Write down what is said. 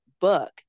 book